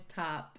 top